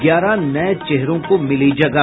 ग्यारह नये चेहरों को मिली जगह